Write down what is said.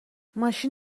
ماشین